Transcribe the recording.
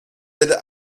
aide